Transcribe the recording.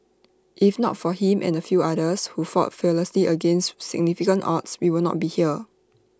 if not for him and few others who fought fearlessly against significant odds we will not be here